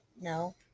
No